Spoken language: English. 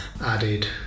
added